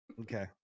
Okay